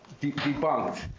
debunked